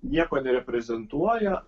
nieko nereprezentuoja